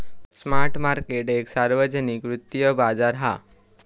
spot market एक सार्वजनिक वित्तिय बाजार हा